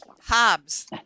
Hobbs